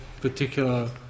particular